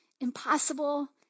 Impossible